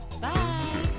Bye